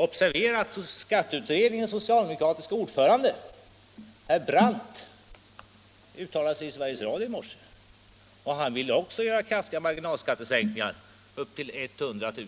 Observera att skatteutredningens socialdemokratiska ordförande, herr Brandt, uttalade sig i Sveriges Radio i morse och sade att han vill göra kraftiga marginalskattesänkningar på inkomster upp till 100 000